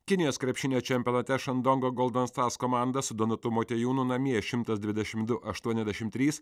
kinijos krepšinio čempionate šandongo goldanstas komanda su donatu motiejūnu namie šimtas dvidešim du aštuoniasdešim trys